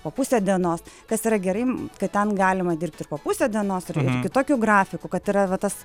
po pusę dienos kas yra gerai kad ten galima dirbti ir po pusę dienos ir kitokiu grafiku kad yra va tas